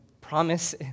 promise